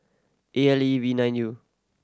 A L E V nine U